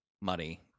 money